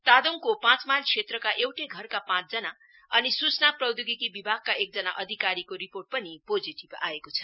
तादोङको पाँच माईल क्षेत्रका एउटै घरका पाँचजना अनि सूचना प्रौधोगिकी विभागका एकजना अधिकारीको रिपोर्ट पनि पोजेटीब आएको छ